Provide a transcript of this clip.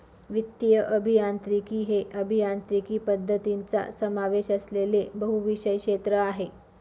वित्तीय अभियांत्रिकी हे अभियांत्रिकी पद्धतींचा समावेश असलेले बहुविषय क्षेत्र आहे